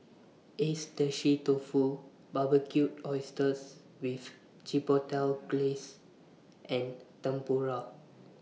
Agedashi Dofu Barbecued Oysters with Chipotle Glaze and Tempura